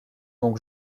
donc